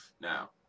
Now